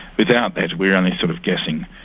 without that we are only sort of guessing.